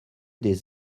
des